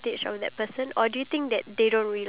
you know you're older than me